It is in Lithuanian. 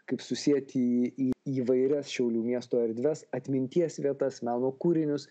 kaip susieti į įvairias šiaulių miesto erdves atminties vietas meno kūrinius